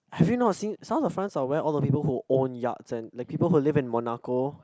have you not seen South of France of where all of people who own yards and the people who live in Monaco